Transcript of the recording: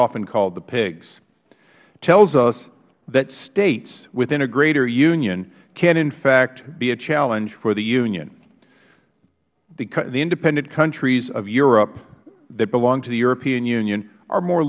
often called the pigs tells us that states within a greater union can in fact be a challenge for the union the independent countries of europe that belong to the european union are more